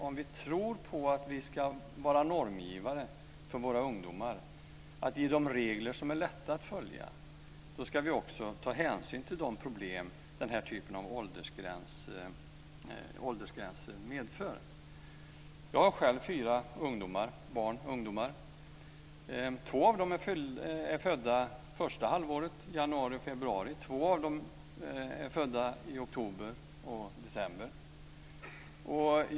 Om vi tror på att vi ska vara normgivare för våra ungdomar, att ge dem regler som är lätta att följa, då ska vi också ta hänsyn till de problem den typen av åldersgränser medför. Jag har själv fyra barn - ungdomar. Två av dem är födda under första halvåret, i januari och februari. Två av dem är födda i oktober och december.